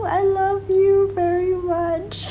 I love you very much